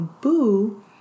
boo